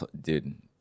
dude